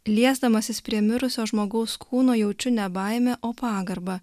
liesdamasis prie mirusio žmogaus kūno jaučiu ne baimę o pagarbą